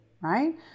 right